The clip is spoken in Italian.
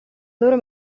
loro